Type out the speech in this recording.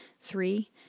Three